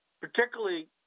particularly